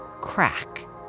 crack